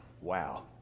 Wow